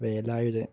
Velayudhan